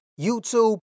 YouTube